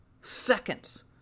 seconds